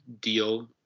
deal